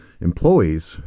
employees